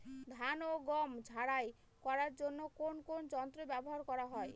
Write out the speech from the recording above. ধান ও গম ঝারাই করার জন্য কোন কোন যন্ত্র ব্যাবহার করা হয়?